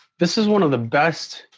this is one of the best,